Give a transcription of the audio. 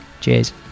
cheers